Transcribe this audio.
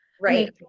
right